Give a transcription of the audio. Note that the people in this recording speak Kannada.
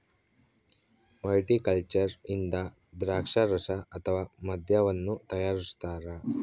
ವೈಟಿಕಲ್ಚರ್ ಇಂದ ದ್ರಾಕ್ಷಾರಸ ಅಥವಾ ಮದ್ಯವನ್ನು ತಯಾರಿಸ್ತಾರ